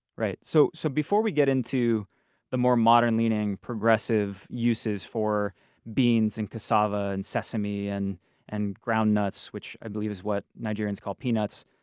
right. so so before we get into the more modern-leaning progressive uses for beans and cassava and sesame and and ground nuts, which i believe is what nigerians called peanuts,